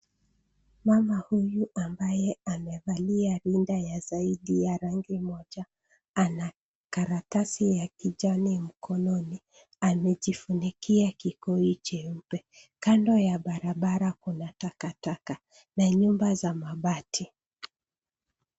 Mama Huyu ambaye amevalia rinda ya zaidi ya rangi Moja ,ana karatasi ya kijani mkononi, anajifunikia kikoi cheupe kando ya barabara kuna takataka na nyumba za mabati.